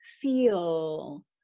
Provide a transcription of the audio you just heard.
feel